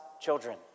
children